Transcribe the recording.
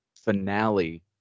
finale